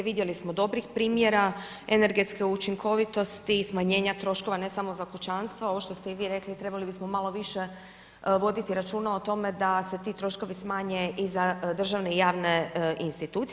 Vidjeli smo dobrih primjera energetske učinkovitosti, smanjenja troškova, ne samo za kućanstva, ovo što ste i vi rekli, trebali bismo malo više voditi računa o tome da se ti troškovi smanje i za državne i javne institucije.